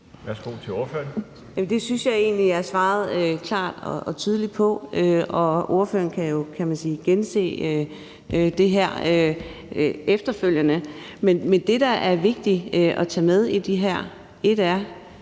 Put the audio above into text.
Adsbøl (DD): Det synes jeg egentlig jeg svarede klart og tydeligt på, og ordføreren kan jo gense det her efterfølgende. Men det, der er vigtigt at tage med i det her, er,